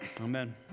Amen